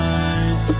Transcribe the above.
eyes